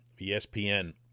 ESPN